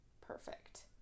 perfect